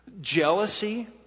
jealousy